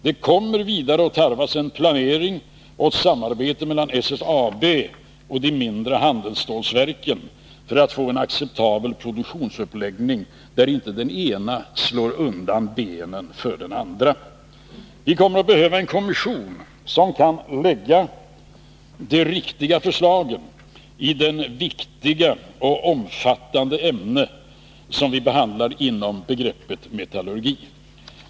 Det kommer vidare att tarvas en planering och ett samarbete mellan SSAB och de mindre handelsstålverken för att få en acceptabel produktionsuppläggning, där den ena inte slår undan benen för den andra. Det kommer att behövas en kommission, som kan lägga de riktiga förslagen i det viktiga och omfattande ämne som vi behandlar inom begreppet metallurgi.